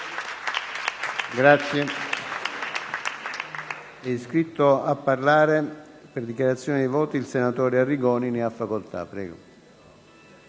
Grazie